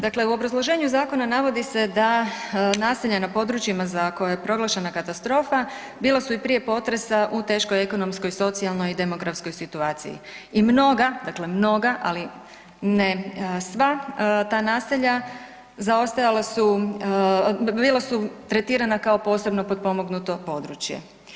Dakle, u obrazloženju zakona navodi se da naselja na područjima za koje je proglašena katastrofa bila su i prije potresa u teškoj ekonomskoj, socijalnoj i demografskoj situaciji i mnoga, dakle mnoga, ali ne sva ta naselja zaostajala su, bila su tretirana kao posebno potpomognuto područje.